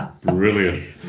Brilliant